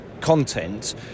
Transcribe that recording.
content